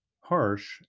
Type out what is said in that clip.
harsh